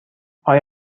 آیا